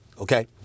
okay